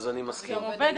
אני מסכים.